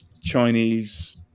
chinese